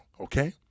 okay